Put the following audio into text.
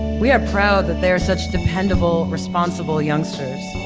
we are proud that they are such dependable, responsible youngsters.